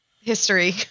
history